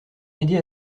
m’aider